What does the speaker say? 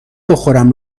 بخورم